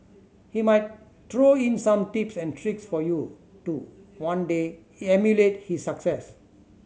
he might throw in some tips and tricks for you to one day emulate his success